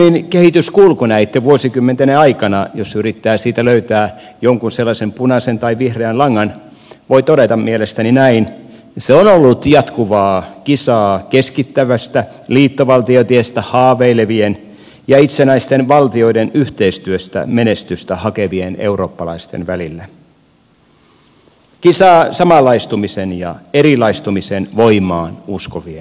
unionin kehityskulku näitten vuosikymmenten aikana jos yrittää siitä löytää jonkun sellaisen punaisen tai vihreän langan voi todeta mielestäni näin on ollut jatkuvaa kisaa keskittävästä liittovaltiotiestä haaveilevien ja itsenäisten valtioiden yhteistyöstä menestystä hakevien eurooppalaisten välillä kisaa samanlaistumisen ja erilaistumisen voimaan uskovien välillä